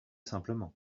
simplement